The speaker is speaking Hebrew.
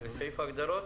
לסעיף ההגדרות?